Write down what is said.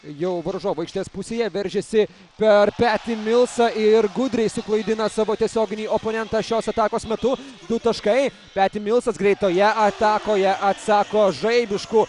jau varžovų aikštės pusėje veržiasi per petį milsą ir gudriai suklaidino savo tiesioginį oponentą šios atakos metu du taškai peti milsas greitoje atakoje atsako žaibišku